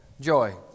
Joy